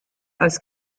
als